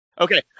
Okay